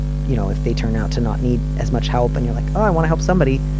you know, if they turn out to not need as much help and you're like, oh, i wanna help somebody,